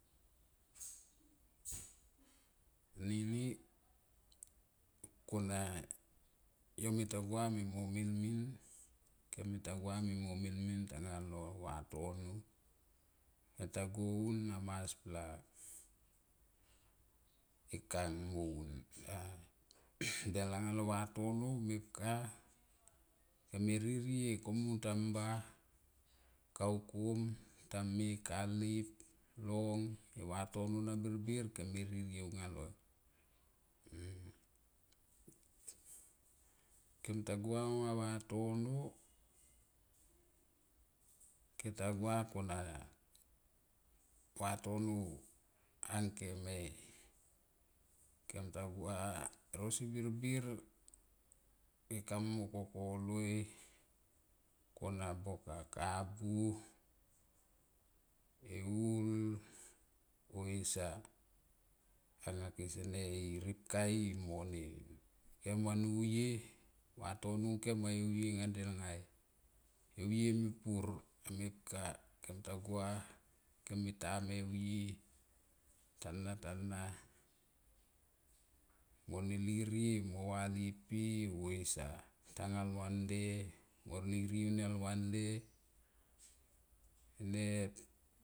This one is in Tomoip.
Anini kona yo mita gua mimo mil min, kem mita gua mimo mil mil tanga vatono yo ta go un hamspla e kang moun a de langa lo vatono me pka kem me ririe komun tamba kaukum, tame kalip, long e vatono na birbir kem me ririe anga loi. Kemta gua aunga vatono kem ta gua konga vatono angkem e kem ta gua erosi birbir keka mui mo koko loi kona boka kabu e hul o esa anga kese ne i rpkani mo ne kem va nuye vatono. Kem va e vie nga dei ngai e vue mepur mepka kem ta gua kem me tame vie tana tana mone lirie mo vale pe o esa tanga lua nde monrie lua nde ne.